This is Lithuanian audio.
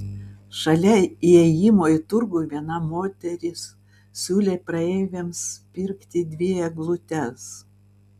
šalia įėjimo į turgų viena moteris siūlė praeiviams pirkti dvi eglutes